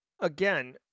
Again